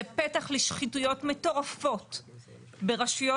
זה פתח לשחיתויות מטורפות ברשויות.